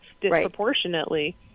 disproportionately